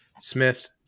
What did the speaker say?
Smith